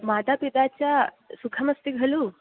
माता पिता च सुखमस्ति खलु